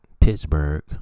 Pittsburgh